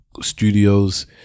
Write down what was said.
studios